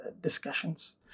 discussions